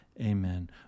Amen